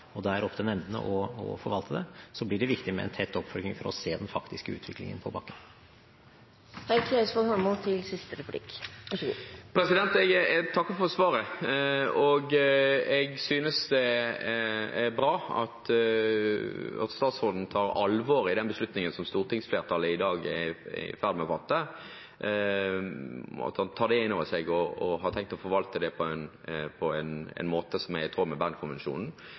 og det er opp til nemndene å forvalte det, blir det viktig med en tett oppfølging for å se den faktiske utviklingen på bakken. Jeg takker for svaret. Jeg synes det er bra at statsråden tar alvoret i den beslutningen som stortingsflertallet i dag er i ferd med å fatte, at han tar det inn over seg og har tenkt å forvalte det på en måte som er i tråd med